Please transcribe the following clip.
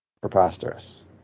preposterous